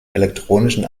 elektronischen